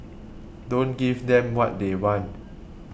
don't give them what they want